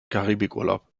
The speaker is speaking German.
karibikurlaub